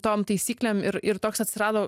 tom taisyklėm ir ir toks atsirado